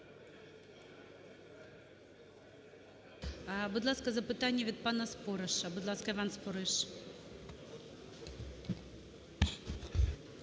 Будь ласка, запитання від пана Спориша. Будь ласка, Іван Спориш.